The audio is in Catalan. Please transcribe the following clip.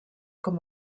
com